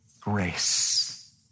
grace